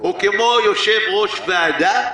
וכמו יושב-ראש ועדה,